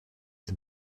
the